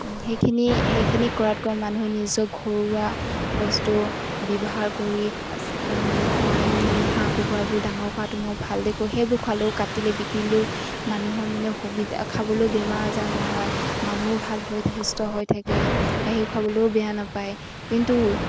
সেইখিনি সেইখিনি কৰাতকৈ মানুহে নিজৰ ঘৰুৱা বস্তু ব্যৱহাৰ কৰি খোৱাই মেলি হাঁহ কুকুৰাবোৰ ডাঙৰ খৰাটো মই ভাল দেখো সেইবোৰ খালেও কাটিলে বিকিলেও মানুহৰ মানে সুবিধা খাবলৈও বেমাৰ আজাৰ নহয় মানুহো ভাল হয় সুস্থ হৈ থাকে সেই খাবলৈও বেয়া নাপায় কিন্তু